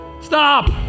stop